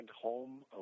home